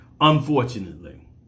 Unfortunately